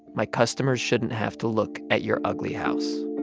my customers shouldn't have to look at your ugly house.